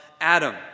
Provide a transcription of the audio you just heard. Adam